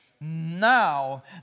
Now